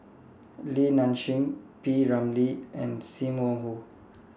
Li Nanxing P Ramlee and SIM Wong Hoo